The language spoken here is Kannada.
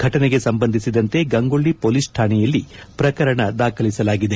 ಫಟನೆಗೆ ಸಂಬಂಧಿಸಿದಂತೆ ಗಂಗೊಳ್ಳಿ ಪೊಲೀಸ್ ಠಾಣೆಯಲ್ಲಿ ಪ್ರಕರಣ ದಾಖಲಿಸಲಾಗಿದೆ